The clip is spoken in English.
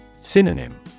Synonym